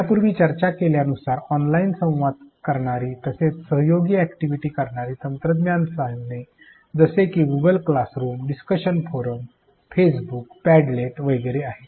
यापूर्वी चर्चा केल्यानुसार ऑनलाइन संवाद करणारी तसेच सहयोगी अॅक्टिव्हिटी करणारी तंत्रज्ञान साधने जसे की Google classroom discussion forum Facebook Padlet वगैरे आहेत